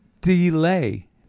delay